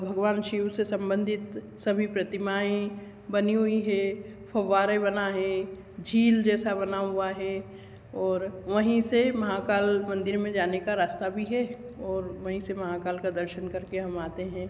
भगवान शिव से संबंधित सभी प्रतिमाएँ बनी हुई हैं फव्वारे बना हे झील जैसा बना हुआ है और वहीं से महाकाल मंदिर में जाने का रास्ता भी है और वहीं से महाकाल का दर्शन करके हम आते हें